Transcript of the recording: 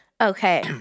Okay